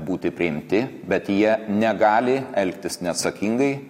būti priimti bet jie negali elgtis neatsakingai